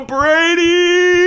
Brady